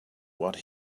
what